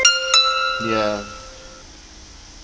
ya